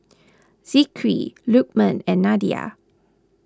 Zikri Lukman and Nadia